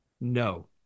No